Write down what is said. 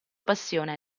passione